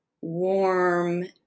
warm